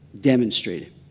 demonstrated